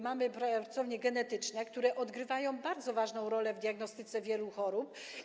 Mamy pracownie genetyczne, które odgrywają bardzo ważną rolę w diagnostyce wielu chorób.